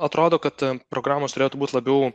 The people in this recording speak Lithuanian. atrodo kad programos turėtų būt labiau